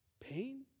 Pain